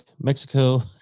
mexico